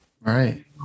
right